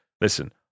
Listen